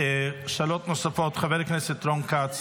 שאלות נוספות, חבר הכנסת רון כץ,